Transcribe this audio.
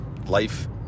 Life